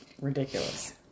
Ridiculous